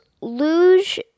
luge